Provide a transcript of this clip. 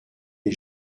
des